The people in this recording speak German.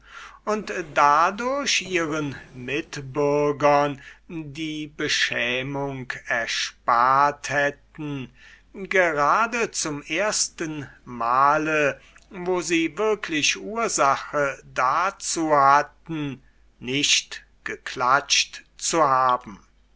und dadurch ihren mitbürgern die beschämung erspart hätten gerade zum erstenmale wo sie wirklich ursache dazu hatten nicht geklatscht zu haben